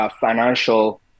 financial